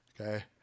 Okay